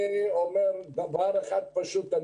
אני מבקש דבר אחד פשוט,